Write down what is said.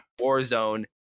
Warzone